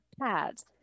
pads